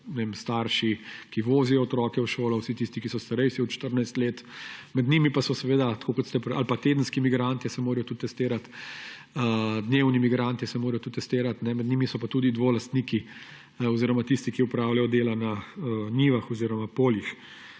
starši, ki vozijo otroke v šolo, vsi tisti, ki so starejši od 14 let, tedenski migranti se morajo tudi testirati, dnevni migranti se morajo tudi testirati. Med njimi so pa tudi dvolastniki oziroma tisti, ki opravljajo dela na njivah oziroma poljih.